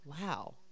Wow